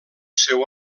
seu